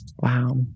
Wow